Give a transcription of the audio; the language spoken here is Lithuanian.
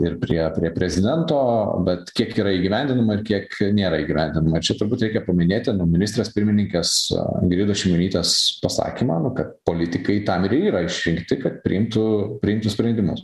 ir prie prie prezidento bet kiek yra įgyvendinama ir kiek nėra įgyvendinama čia turbūt reikia paminėti ministrės pirmininkės ingridos šimonytės pasakymą kad politikai tam ir yra išrinkti kad priimtų priimtų sprendimus